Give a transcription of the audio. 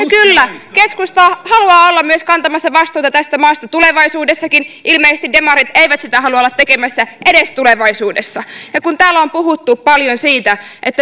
kyllä keskusta haluaa olla myös kantamassa vastuuta tästä maasta tulevaisuudessakin ilmeisesti demarit eivät sitä halua olla tekemässä edes tulevaisuudessa täällä on puhuttu paljon siitä